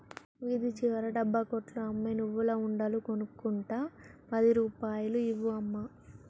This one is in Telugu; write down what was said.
వీధి చివర డబ్బా కొట్లో అమ్మే నువ్వుల ఉండలు కొనుక్కుంట పది రూపాయలు ఇవ్వు అమ్మా